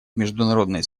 международной